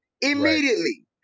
Immediately